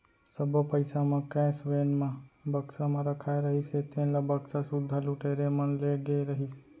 सब्बो पइसा म कैस वेन म बक्सा म रखाए रहिस हे तेन ल बक्सा सुद्धा लुटेरा मन ले गे रहिस